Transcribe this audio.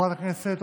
תפרגני.